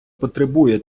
потребує